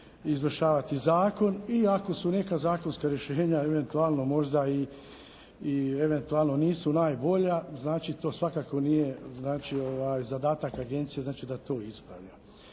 izvršavati zakon i ako su neka zakonska rješenja eventualno možda i eventualno nisu najbolja znači to svakako nije znači zadatak agencije znači da to ispravlja.